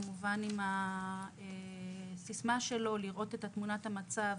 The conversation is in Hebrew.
כמובן עם הסיסמה שלו ולראות מידית את תמונת המצב.